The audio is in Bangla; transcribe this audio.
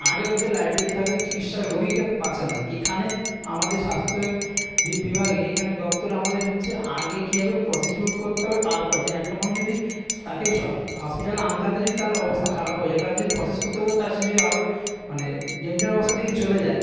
আগে তাদের লায়বেলিটি থাকে চিকিৎসা রোগীকে বাঁচানোর এখানে আমাদের স্বাস্থ্যে বি বিভাগে এখানে দপ্তরে আমাদের হচ্ছে আগে কী হবে প্রসিকিউট করতে হবে তারপর যে একটা মানুষ যদি তাকে স হসপিটালে আনতে আনতে যদি তার অবস্থা খারাপ হয়ে যায় তার যদি প্রসেস করতে করতে তার সে যদি আরো মানে ডেঞ্জার অবস্থার দিকে চলে যায়